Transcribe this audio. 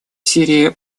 сирии